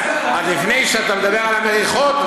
--- אז לפני שאתה מדבר על המריחות,